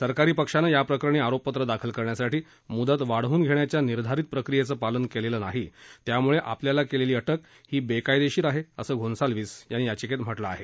सरकारी पक्षानं याप्रकरणी आरोपपत्र दाखल करण्यासाठी मुदत वाढवून घेण्याच्या निर्धारित प्रक्रियेचं पालन केलेलं नाही त्यामुळे आपल्याला केलेली अटक ही बेकायदेशीर आहे असं गोन्साल्विस यांनी याचिकेत म्हटलं आहे